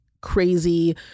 crazy